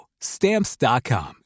Stamps.com